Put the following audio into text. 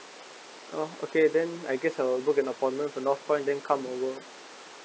uh okay then I guess I will book an appointment for northpoint then come over